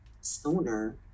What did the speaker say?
sooner